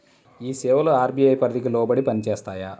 ఈ సేవలు అర్.బీ.ఐ పరిధికి లోబడి పని చేస్తాయా?